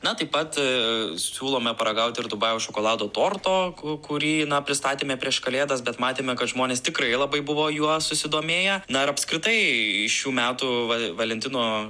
na taip pat siūlome paragauti ir dubajaus šokolado torto ku kurį na pristatėme prieš kalėdas bet matėme kad žmonės tikrai labai buvo juo susidomėję na ir apskritai šių metų valentino